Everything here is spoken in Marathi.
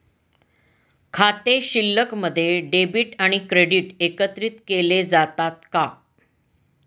खाते शिल्लकमध्ये डेबिट आणि क्रेडिट एकत्रित केले जातात का?